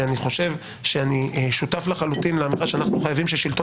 שאני שותף לחלוטין לאמירה שאנו חייבים ששלטון